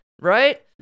Right